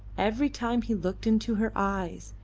every time he looked into her eyes,